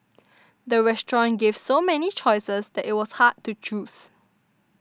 the restaurant gave so many choices that it was hard to choose